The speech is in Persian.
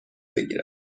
بگیرد